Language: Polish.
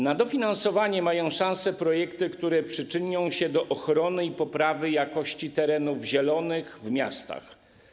Na dofinansowanie mają szansę projekty, które przyczynią się do ochrony i poprawy jakości terenów zielonych w miastach.